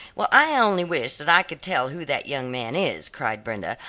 well i only wish that i could tell who that young man is, cried brenda.